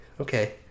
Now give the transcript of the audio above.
okay